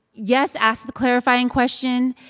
yes, ask the clarifying question,